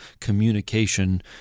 communication